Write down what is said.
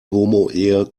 homoehe